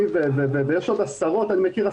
אני ויש עוד עשרות כמוני שאני מכיר.